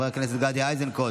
חבר כנסת גדי איזנקוט,